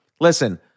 listen